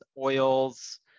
oils